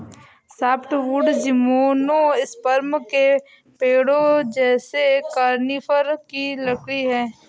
softwood gymnosperm के पेड़ों जैसे कॉनिफ़र की लकड़ी है